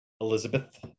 Elizabeth